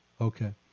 Okay